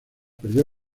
perdió